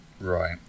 Right